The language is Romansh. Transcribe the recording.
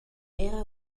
era